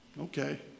Okay